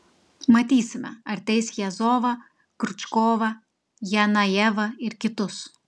matysime ar teis jazovą kriučkovą janajevą ir kitus